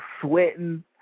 sweating